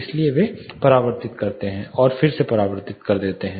इसलिए वे परावर्तित करते हैं और फिर से परावर्तित करते हैं